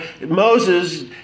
Moses